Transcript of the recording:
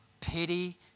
pity